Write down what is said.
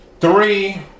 Three